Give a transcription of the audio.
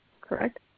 correct